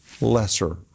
lesser